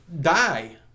die